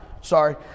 Sorry